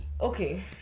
okay